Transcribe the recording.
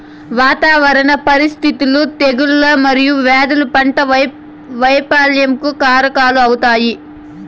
వాతావరణ పరిస్థితులు, తెగుళ్ళు మరియు వ్యాధులు పంట వైపల్యంకు కారణాలవుతాయి